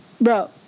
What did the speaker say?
bro